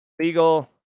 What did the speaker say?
Legal